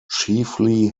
chiefly